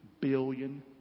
billion